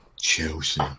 chelsea